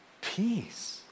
Peace